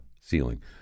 ceiling